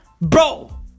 Bro